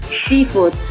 seafood